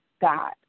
God